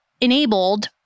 enabled